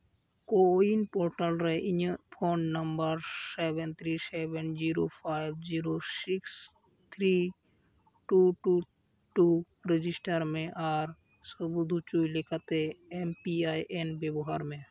CoWIN portal ᱨᱮ ᱤᱧᱟᱹᱜ phone number seven three seven zero five zero six three two two register ᱢᱮ ᱟᱨ ᱥᱟᱹᱵᱩᱫ ᱦᱚᱪᱚᱭ ᱞᱮᱠᱟᱛᱮ ᱮᱢ ᱯᱤ ᱟᱭ ᱮᱱ ᱵᱮᱵᱚᱦᱟᱨ ᱢᱮ